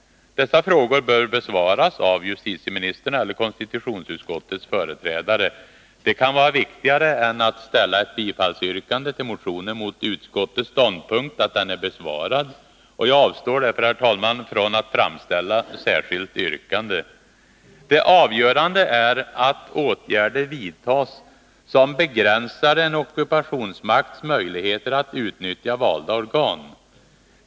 Dessa frågor bör besvaras av justitieministern eller konstitutionsutskottets företrädare. Det kan vara viktigare än att ställa ett yrkande om bifall till motionen, mot utskottets ståndpunkt att den är besvarad. Jag avstår därför, herr talman, från att framställa särskilt yrkande. Det avgörande är att åtgärder vidtas som begränsar en ockupationsmakts möjligheter att utnyttja valda organ.